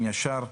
הם ישר,